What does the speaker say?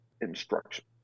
instruction